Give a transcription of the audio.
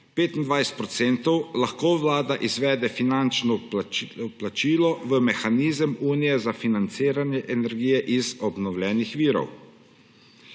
25 %, lahko Vlada izvede finančno vplačilo v mehanizem Unije za financiranje energije iz obnovljivih virov.